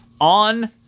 On